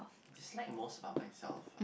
dislike most about myself ah